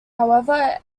however